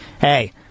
hey